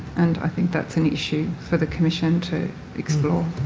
and i think that's an issue for the commission to explore.